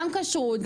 גם כשרות,